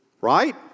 right